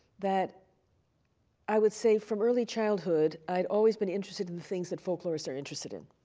that i would say from early childhood, i had always been interested in the things that folklorists are interested in.